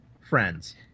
friends